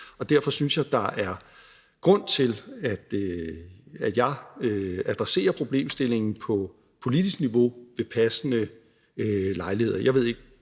Derfor synes jeg, at der er grund til, at jeg adresserer problemstillingen på politisk niveau ved passende lejlighed.